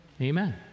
Amen